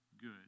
good